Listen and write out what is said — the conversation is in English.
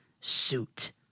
suit